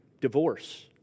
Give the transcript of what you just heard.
divorce